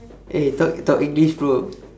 eh talk talk english bro